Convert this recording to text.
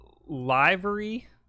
livery